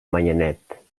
manyanet